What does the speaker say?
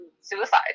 suicide